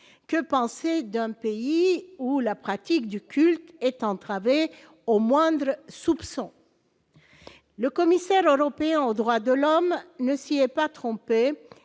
que penser d'hommes, pays où la pratique du culte est entravée au moindre soupçon. Le commissaire européen aux droits de l'homme ne s'y est pas trompé